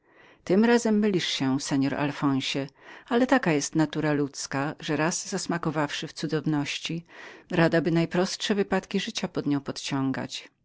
tym razem mylisz się seor alfonsie ale taką jest natura ludzka raz zasmakowawszy w cudowności chętnie radaby najprościejsze wypadki życia pod nią podciągnąć